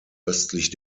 östlich